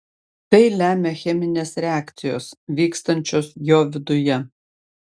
tai lemia cheminės reakcijos vykstančios jo viduje